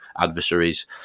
adversaries